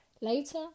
later